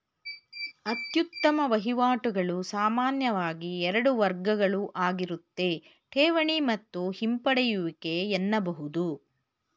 ಅತ್ಯುತ್ತಮ ವಹಿವಾಟುಗಳು ಸಾಮಾನ್ಯವಾಗಿ ಎರಡು ವರ್ಗಗಳುಆಗಿರುತ್ತೆ ಠೇವಣಿ ಮತ್ತು ಹಿಂಪಡೆಯುವಿಕೆ ಎನ್ನಬಹುದು